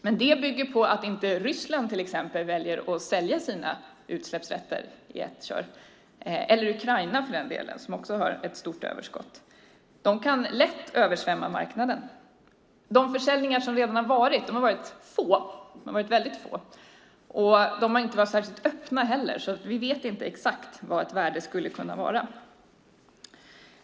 Men det bygger på att inte till exempel Ryssland väljer att sälja sina utsläppsrätter i ett kör, eller Ukraina för den delen som också har ett stort överskott. De kan lätt översvämma marknaden. De försäljningar som redan har varit är mycket få, och de har inte varit särskilt öppna så vi vet inte exakt vad värdet skulle kunna vara.